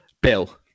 Bill